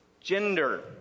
gender